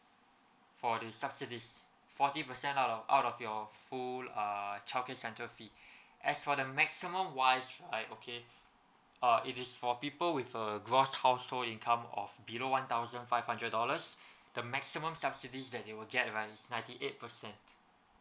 for the subsidies fourty percent out of out of your full err childcare centre fee as for the maximum wise right okay uh it is for people with err gross household income of below one thousand five hundred dollars the maximum subsidies that they will get around is ninety eight percent